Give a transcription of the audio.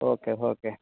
okay okay